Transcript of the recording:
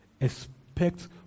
Expect